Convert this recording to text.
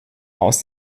aus